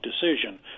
decision